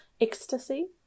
Ecstasy